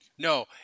No